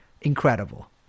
incredible